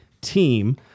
team